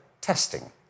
testing